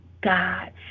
God